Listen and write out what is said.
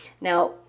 Now